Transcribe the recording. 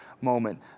moment